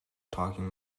talking